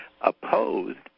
opposed